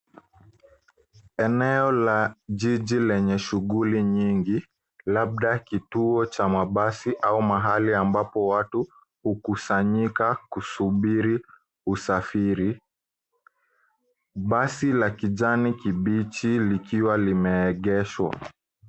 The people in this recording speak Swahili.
Eneo la jiji lenye shughuli nyingi labda kituo cha mabasi au mahali ambapo watu hukusanyika kusubiri usafiri. Basi la kijani kibichi likiwa limeegeshwa.